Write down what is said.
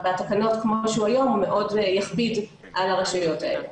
בתקנות כמו שהוא היום מאוד יכביד על הרשויות האלה.